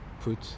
put